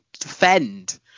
defend